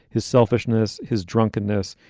his selfishness, his drunkenness,